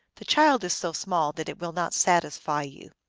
the child is so small that it will not satisfy you.